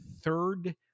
third